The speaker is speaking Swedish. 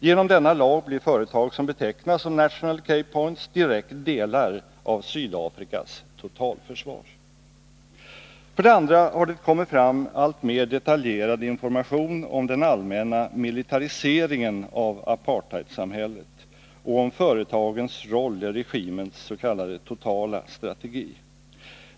Genom denna lag blir företag som betecknas som National Key Points direkt delar av Sydafrikas totalförsvar. För det andra har det kommit fram alltmer detaljerad information om den allmänna militariseringen av apartheidsamhället och om företagens roll i regimenss.k. totala strategi.